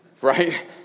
right